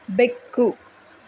ಬೆಕ್ಕು